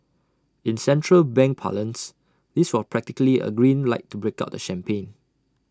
in central bank parlance this was practically A green light to break out the champagne